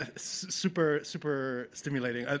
ah super super stimulating.